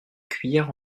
cuillère